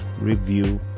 review